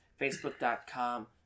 facebook.com